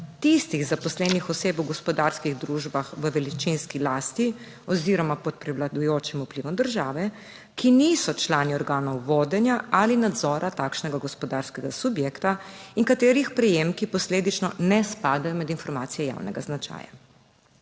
tistih zaposlenih oseb v gospodarskih družbah v večinski lasti oziroma pod prevladujočim vplivom države, ki niso člani organov vodenja ali nadzora takšnega gospodarskega subjekta in katerih prejemki posledično ne spadajo med informacije javnega značaja.